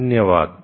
धन्यवाद